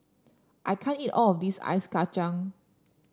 I can't eat all of this Ice Kacang